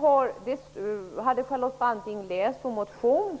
Har Charlotte Branting läst våra motioner?